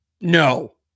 no